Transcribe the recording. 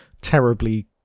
terribly